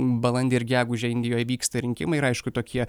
balandį ir gegužę indijoj vyksta rinkimai ir aišku tokie